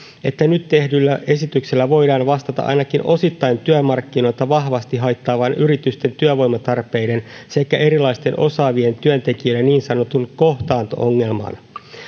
että nyt tehdyllä esityksellä voidaan vastata ainakin osittain työmarkkinoita vahvasti haittaavaan yritysten työvoimatarpeiden sekä erilaisten osaavien työntekijöiden niin sanottuun kohtaanto ongelmaan